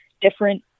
different